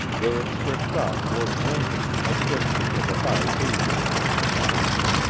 where it switched off towards lincoln, a distance of about eighty or ninety miles.